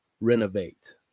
renovate